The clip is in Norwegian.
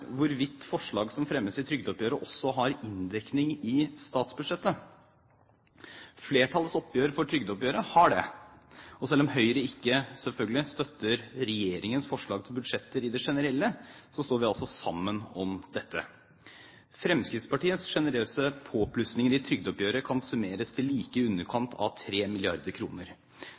hvorvidt forslag som fremmes i trygdeoppgjøret, også har inndekning i statsbudsjettet. Flertallets oppgjør for trygdeoppgjøret har det. Selv om Høyre selvfølgelig ikke støtter regjeringens forslag til budsjetter generelt, står vi altså sammen med regjeringen om dette. Fremskrittspartiets sjenerøse påplussinger i trygdeoppgjøret kan summeres til like i underkant av